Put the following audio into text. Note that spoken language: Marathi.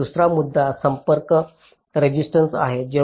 तर दुसरा मुद्दा संपर्क रेसिस्टन्स आहे